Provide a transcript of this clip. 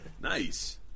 Nice